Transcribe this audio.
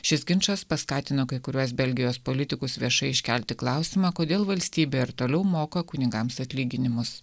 šis ginčas paskatino kai kuriuos belgijos politikus viešai iškelti klausimą kodėl valstybė ir toliau moka kunigams atlyginimus